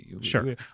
Sure